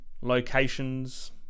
locations